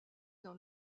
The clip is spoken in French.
dans